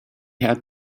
had